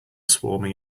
swarming